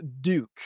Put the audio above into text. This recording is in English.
Duke